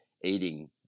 eating